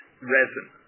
resin